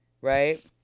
right